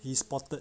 he spotted